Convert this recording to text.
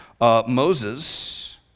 Moses